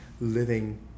living